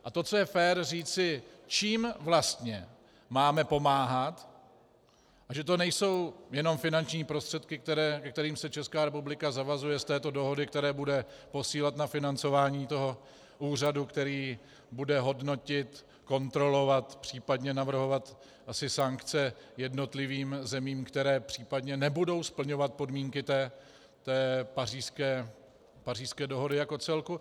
A to, co je fér říci, čím vlastně máme pomáhat a že to nejsou jenom finanční prostředky, ke kterým se Česká republika zavazuje z této dohody, které bude posílat na financování úřadu, který bude hodnotit, kontrolovat, případně navrhovat asi sankce jednotlivým zemím, které případně nebudou splňovat podmínky Pařížské dohody jako celku.